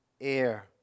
air